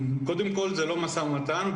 קודם כל זה לא משא ומתן.